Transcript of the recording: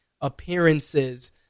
appearances